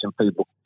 people